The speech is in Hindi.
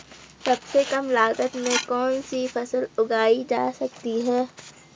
सबसे कम लागत में कौन सी फसल उगाई जा सकती है